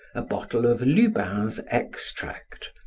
a bottle of lubin's extract,